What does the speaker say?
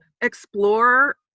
explore